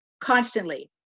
constantly